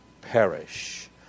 perish